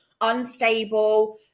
unstable